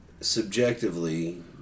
Subjectively